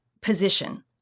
position